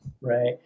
Right